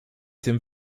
tym